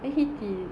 then haiti